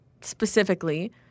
specifically